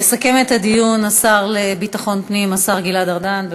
יסכם את הדיון השר לביטחון פנים, השר גלעד ארדן.